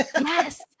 Yes